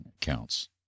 counts